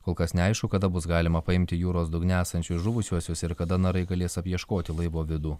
kol kas neaišku kada bus galima paimti jūros dugne esančius žuvusiuosius ir kada narai galės apieškoti laivo vidų